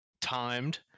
timed